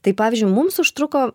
tai pavyzdžiui mums užtruko